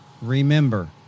remember